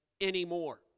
anymore